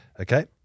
Okay